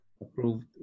approved